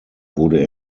wurde